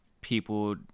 people